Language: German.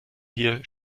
hier